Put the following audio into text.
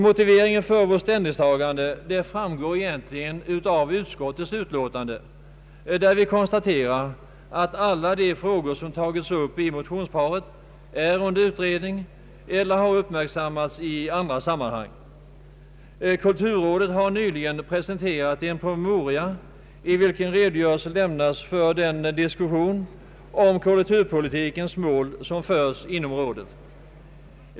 Motiveringen för vårt ställningstagande framgår av reservationen till utskottets utlåtande. Vi konstaterar att alla de frågor som tagits upp i motionsparet är under utredning eller har uppmärksammats i andra sammanhang. Kulturrådet har nyligen presenterat en promemoria, i vilken redogörelse lämnas för den diskussion om kulturpolitikens mål som förs inom rådet.